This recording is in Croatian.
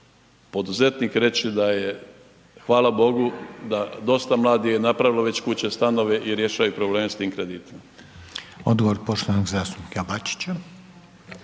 poduzetnik reći da je hvala bogu, da dosta mladih je napravilo već kuće, stanove i rješaju probleme s tim kreditima. **Reiner, Željko (HDZ)** Odgovor poštovanog zastupnika Bačića.